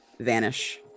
vanish